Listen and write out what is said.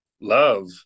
love